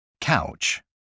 Couch